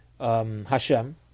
Hashem